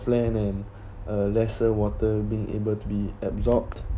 plant and a lesser water being able to be absorbed